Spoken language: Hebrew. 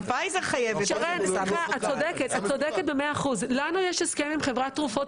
לנו יש הסכם עם חברת תרופות